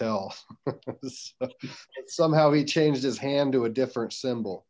tell somehow he changed his hand to a different symbol